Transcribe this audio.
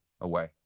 away